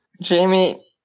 Jamie